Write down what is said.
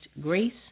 grace